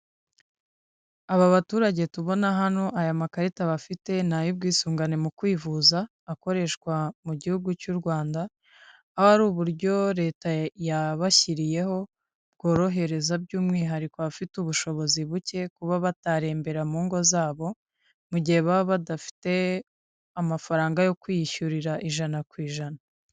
Aba baturage tubona hano aya makarita bafite ni ay'ubwisungane mu kwivuza akoreshwa mu gihugu cy'u Rwanda aha ari uburyo leta yabashyiriyeho bworohereza by'umwihariko abafite ubushobozi buke kuba batarembera mu ngo zabo mu gihe baba badafite amafaranga yo kwishyurira ijana ku ijana.